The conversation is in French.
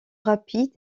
rapides